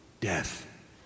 death